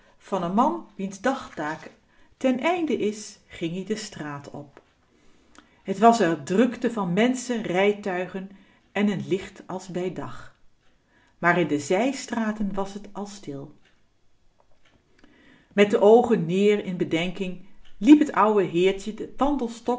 van n man wiens dagtaak ten einde is ging-ie de straat op het was r drukte van menschen rijtuigen en n licht als bij dag maar in de zijstraten was t al stil met de oogen neer in bedenking liep t ouwe heertje den